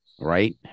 Right